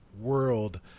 world